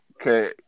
Okay